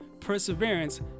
perseverance